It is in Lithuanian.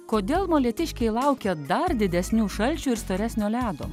kodėl molėtiškiai laukia dar didesnių šalčių ir storesnio ledo